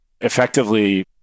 effectively